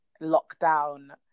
lockdown